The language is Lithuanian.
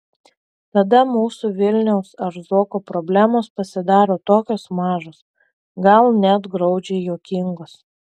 tada mūsų vilniaus ar zuoko problemos pasidaro tokios mažos gal net graudžiai juokingos